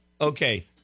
Okay